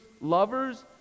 lovers